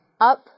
up